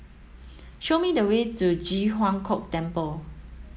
show me the way to Ji Huang Kok Temple